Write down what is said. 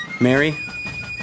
Mary